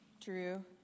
drew